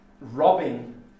robbing